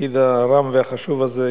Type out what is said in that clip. בתפקיד הרם והחשוב הזה,